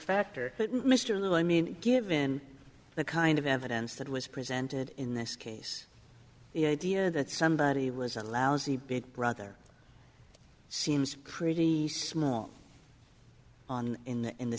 that mr libby i mean given the kind of evidence that was presented in this case the idea that somebody was a lousy big brother seems pretty small on in the in the